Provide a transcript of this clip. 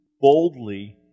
boldly